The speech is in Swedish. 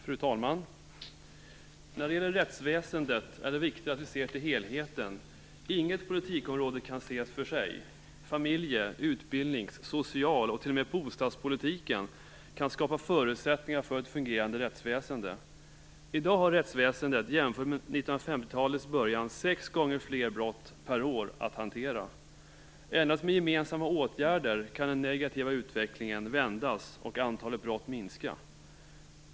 Fru talman! När det gäller rättsväsendet är det viktigt att se till helheten. Inget politikområde kan ses för sig. Familje-, utbildnings-, social och t.o.m. bostadspolitiken kan skapa förutsättningar för ett fungerande rättsväsende. I dag har rättsväsendet, jämfört med under 1950 talets början, sex gånger fler brott att hantera per år. Endast med gemensamma åtgärder kan den negativa utvecklingen vändas och antalet brott minska.